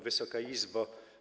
Wysoka Izbo!